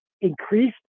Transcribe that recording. increased